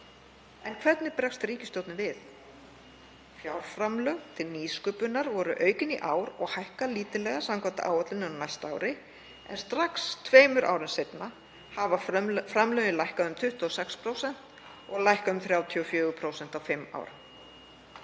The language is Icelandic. en hvernig bregst ríkisstjórnin við? Fjárframlög til nýsköpunar voru aukin í ár og hækka lítillega samkvæmt áætluninni á næsta ári en strax tveimur árum seinna hafa framlögin lækkað um 26% og lækka um 34% á fimm